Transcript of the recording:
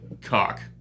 cock